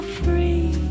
free